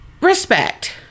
respect